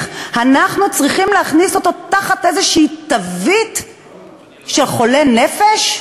אנחנו צריכים להכניס אותו תחת איזו תווית של חולה נפש,